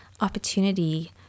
opportunity